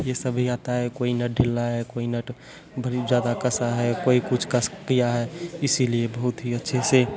ये सभी आता है कोई नट ढीला है कोई नट बहुत ज़्यादा कसा है कोई कुछ कस किया है इसीलिए बहुत ही अच्छे से